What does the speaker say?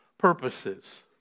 purposes